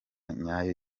nyayo